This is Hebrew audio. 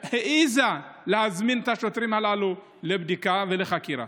שהעזה להזמין את השוטרים הללו לבדיקה ולחקירה.